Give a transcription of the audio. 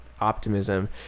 optimism